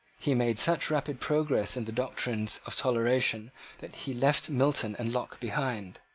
he made such rapid progress in the doctrines of toleration that he left milton and locke behind.